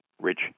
Rich